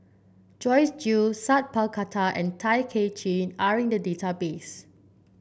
Joyce Jue Sat Pal Khattar and Tay Kay Chin are in the database